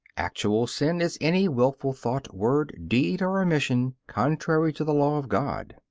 actual sin is any wilful thought, word, deed, or omission contrary to the law of god.